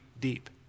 deep